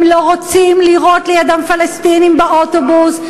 הם לא רוצים לראות לידם פלסטינים באוטובוס.